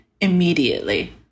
immediately